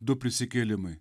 du prisikėlimai